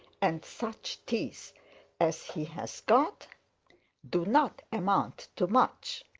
and such teeth as he has got do not amount to much.